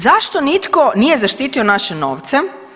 Zašto nitko nije zaštitio naše novce?